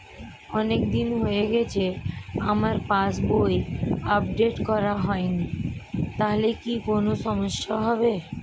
অনেকদিন হয়ে গেছে আমার পাস বই আপডেট করা হয়নি তাহলে কি কোন সমস্যা হবে?